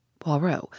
Poirot